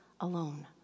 alone